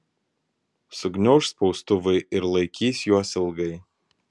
sugniauš spaustuvai ir laikys juos ilgai